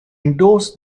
endorsed